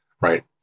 right